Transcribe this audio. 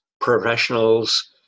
professionals